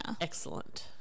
Excellent